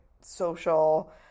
social